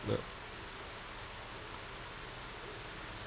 ya